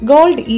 Gold